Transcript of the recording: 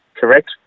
Correct